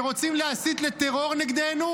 שרוצים להסית לטרור נגדנו,